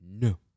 no